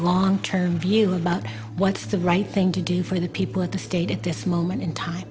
long term view about what's the right thing to do for the people of the state at this moment in time